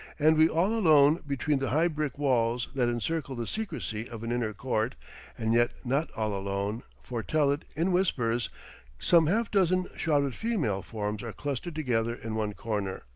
and we all alone between the high brick walls that encircle the secrecy of an inner court and yet not all alone, fortell it in whispers some half-dozen shrouded female forms are clustered together in one corner.